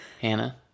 hannah